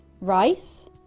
rice